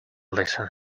listen